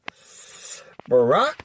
Barack